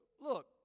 look